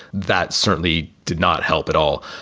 that certainly did not help at all.